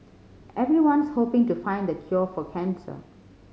everyone's hoping to find the cure for cancer